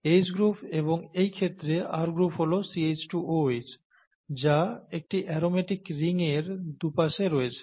H group এবং এই ক্ষেত্রে R গ্রুপ হল CH2OH যা একটি অ্যারোমেটিক রিংয়ের দুপাশে রয়েছে